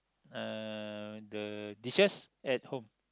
uh the dishes at home